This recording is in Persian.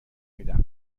میدم